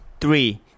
three